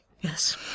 Yes